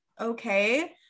okay